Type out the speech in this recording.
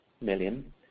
million